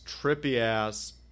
trippy-ass